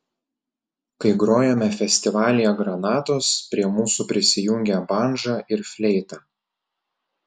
kai grojome festivalyje granatos prie mūsų prisijungė bandža ir fleita